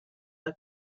the